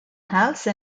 house